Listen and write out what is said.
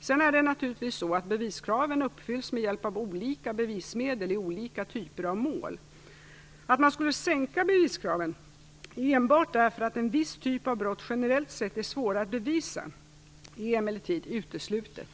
Sedan är det naturligtvis så att beviskraven uppfylls med hjälp av olika bevismedel i olika typer av mål. Att man skulle sänka beviskraven enbart därför att en viss typ av brott generellt sett är svåra att bevisa är emellertid uteslutet.